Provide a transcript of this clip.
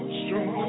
strong